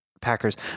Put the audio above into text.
Packers